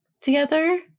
together